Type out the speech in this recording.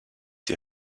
die